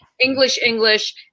English-English